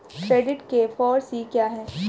Credit के four C क्या हैं?